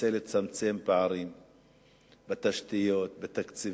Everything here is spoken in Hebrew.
מנסה לצמצם פערים בתשתיות, בתקציבים,